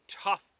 tough